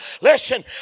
Listen